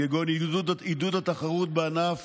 כגון עידוד התחרות בענף